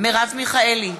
מרב מיכאלי,